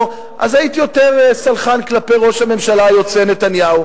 אז הייתי יותר סלחן כלפי ראש הממשלה היוצא נתניהו.